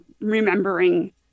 remembering